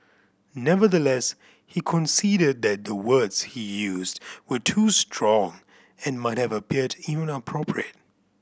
nevertheless he conceded that the words he used were too strong and might have appeared inappropriate